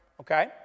okay